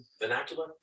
vernacular